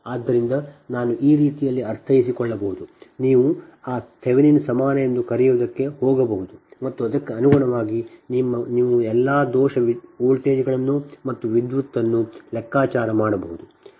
ಆದ್ದರಿಂದ ನಾನು ಈ ರೀತಿಯಲ್ಲಿ ಅರ್ಥೈಸಿಕೊಳ್ಳಬಹುದು ನೀವು ಆ ಥೆವೆನಿನ್ ಸಮಾನ ಎಂದು ನೀವು ಕರೆಯುವದಕ್ಕೆ ಹೋಗಬಹುದು ಮತ್ತು ಅದಕ್ಕೆ ಅನುಗುಣವಾಗಿ ನೀವು ಎಲ್ಲಾ ದೋಷ ವೋಲ್ಟೇಜ್ಗಳನ್ನು ಮತ್ತು ವಿದ್ಯುತ್ಅನ್ನು ಲೆಕ್ಕಾಚಾರ ಮಾಡಬಹುದು